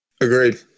Agreed